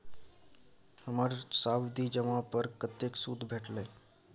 हमर सावधि जमा पर कतेक सूद भेटलै?